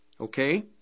Okay